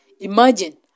Imagine